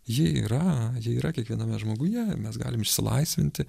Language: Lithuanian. ji yra ji yra kiekviename žmoguje mes galim išsilaisvinti